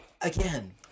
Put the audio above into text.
Again